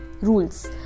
Rules